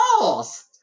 lost